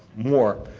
more.